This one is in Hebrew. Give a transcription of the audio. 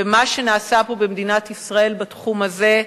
במה שנעשה פה במדינת ישראל בתחום הזה,